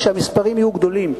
שהמספרים יהיו גדולים.